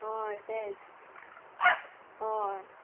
हय तेंच हय